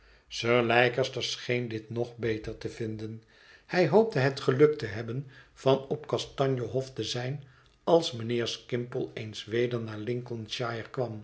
sir leicester scheen dit nog beter te vinden hij hoopte het geluk te hebben van op kastanje hof te zijn als mijnheer skimpole eens weder naar lincolnshire kwam